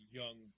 young